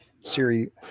Siri